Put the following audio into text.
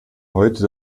heute